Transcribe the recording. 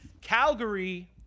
Calgary